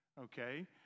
okay